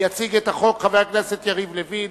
יציג את החוק חבר הכנסת יריב לוין.